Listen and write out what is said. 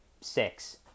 six